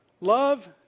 Love